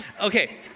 Okay